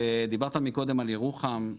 דיברת מקודם על ירוחם,